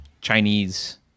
Chinese